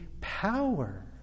power